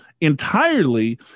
entirely